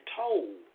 told